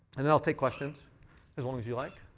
and then i'll take questions as long as you like,